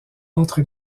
entre